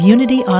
Unity